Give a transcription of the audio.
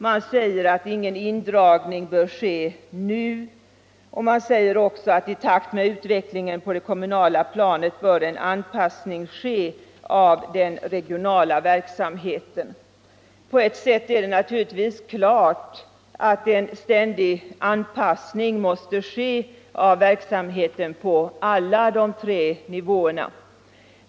Man säger att ingen indragning bör göras nu, och man säger också att i takt med utvecklingen på det kommunala planet bör en anpassning ske av den regionala verksamheten. På ett sätt är det naturligtvis klart att en ständig anpassning måste ske av verksamheten på alla de tre nivåerna.